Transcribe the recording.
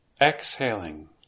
Exhaling